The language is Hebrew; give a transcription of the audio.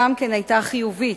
היתה חיובית,